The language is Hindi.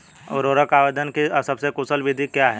उर्वरक आवेदन की सबसे कुशल विधि क्या है?